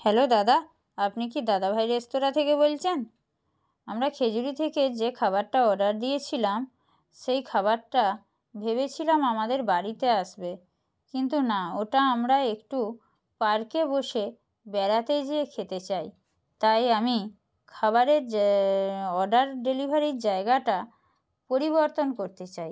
hello দাদা আপনি কি দাদাভাই রেস্তোরাঁ থেকে বলছেন আমরা খেজুরি থেকে যে খাবারটা অর্ডার দিয়েছিলাম সেই খাবারটা ভেবেছিলাম আমাদের বাড়িতে আসবে কিন্তু না ওটা আমরা একটু পার্কে বসে বেড়াতে যেয়ে খেতে চাই তাই আমি খাবারের যে অর্ডার ডেলিভারির জায়গাটা পরিবর্তন করতে চাই